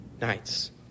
Nights